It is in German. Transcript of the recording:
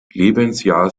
lebensjahr